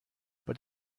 but